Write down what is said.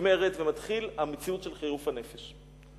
נגמרת ומתחילה המציאות של חירוף הנפש.